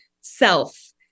self